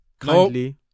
kindly